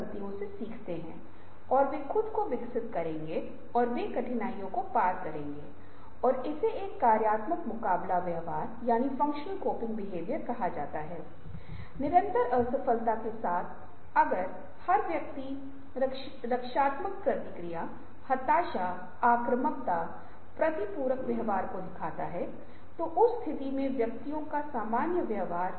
यदि नवीनीकरण होगा तो वह समूह जो रचनात्मकता के लिए जवाबदेह है या संगठन में विभिन्न लोगों के प्रतिनिधि हैं उन्हें जानकारी साझा करने की आवश्यकता है समूह द्वारा पहल की जाएगी और संगठन मे एकीकृत नीति होनी चाहिए